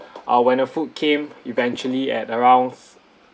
uh when the food came eventually at around